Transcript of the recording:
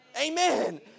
Amen